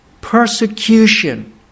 persecution